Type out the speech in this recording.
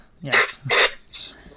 yes